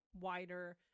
wider